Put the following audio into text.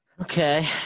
Okay